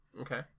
okay